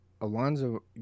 alonzo